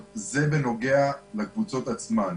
זה בנוגע לקבוצות עצמן.